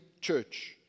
church